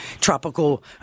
tropical